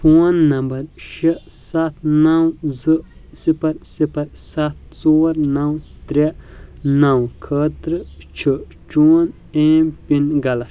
phone number شےٚ سَتھ نَو زٕ صِفَر صِفَر سَتھ ژور نَو ترٛےٚ نَو خٲطرٕ چھُ چون ایم پِن غلط